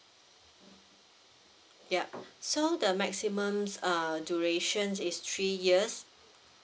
yup so the maximum uh duration is three years